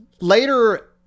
later